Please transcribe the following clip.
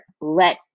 Let